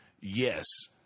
yes